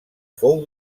fou